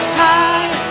high